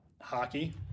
hockey